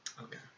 Okay